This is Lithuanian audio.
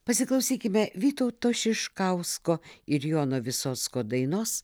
pasiklausykime vytauto šiškausko ir jono visocko dainos